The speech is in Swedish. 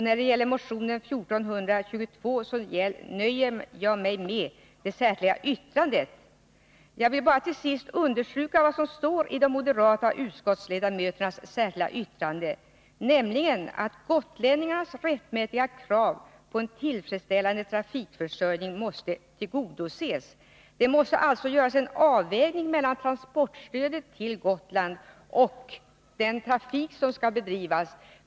När det gäller 1422 nöjer jag mig med att hänvisa till det särskilda yttrandet. Till slut vill jag understryka vad de moderata utskottsledamöterna säger i ett särskilt yttrande, nämligen att gotlänningarnas rättmätiga krav på en tillfredsställande trafikförsörjning måste tillgodoses. Det måste alltså göras en avvägning mellan transportstödet till Gotland och den trafik som skall bedrivas.